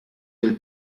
del